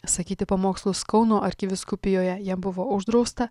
sakyti pamokslus kauno arkivyskupijoje jam buvo uždrausta